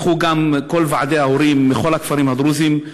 נכחו גם כל ועדי ההורים מכל הכפרים הדרוזיים,